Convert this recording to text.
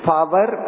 Power